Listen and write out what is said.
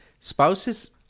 spouses